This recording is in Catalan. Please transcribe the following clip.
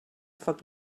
foc